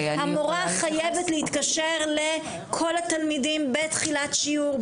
המורה חייבת להתקשר לכל התלמידים בתחילת שיעור,